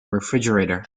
refrigerator